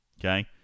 okay